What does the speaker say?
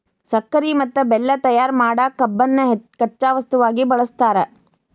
ಸಕ್ಕರಿ ಮತ್ತ ಬೆಲ್ಲ ತಯಾರ್ ಮಾಡಕ್ ಕಬ್ಬನ್ನ ಕಚ್ಚಾ ವಸ್ತುವಾಗಿ ಬಳಸ್ತಾರ